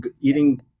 eating